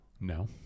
No